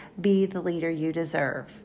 BeTheLeaderYouDeserve